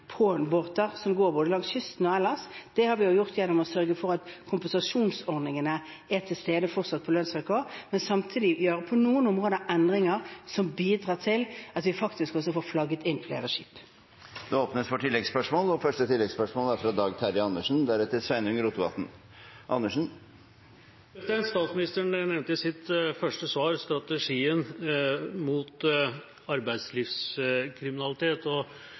langs kysten og ellers – det har vi gjort gjennom å sørge for at kompensasjonsordningene fortsatt er til stede på lønnsvilkår – og samtidig på noen områder gjør endringer som bidrar til at vi faktisk også får flagget inn flere skip. Det blir oppfølgingsspørsmål – først Dag Terje Andersen. Statsministeren nevnte i sitt første svar strategien mot arbeidslivskriminalitet.